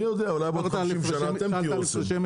מי יודע, אולי בעוד 50 שנים אתם תהיו אסם.